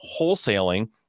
wholesaling